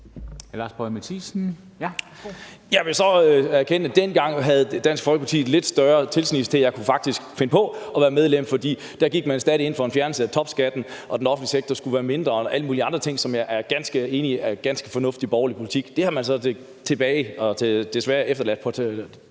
Jeg vil så erkende, at dengang havde Dansk Folkeparti en lidt større tilsnigelse til, at jeg faktisk kunne finde på at være medlem. For der gik man stadig ind for en fjernelse af topskatten, og den offentlige sektor skulle være mindre, og alle mulige andre ting, som jeg er ganske enig i er ganske fornuftig borgerlig politik. Det har man så desværre efterladt på